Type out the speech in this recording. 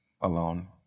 alone